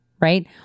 right